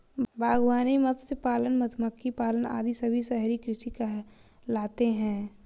बागवानी, मत्स्य पालन, मधुमक्खी पालन आदि सभी शहरी कृषि कहलाते हैं